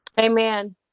Amen